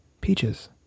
peaches